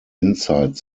inside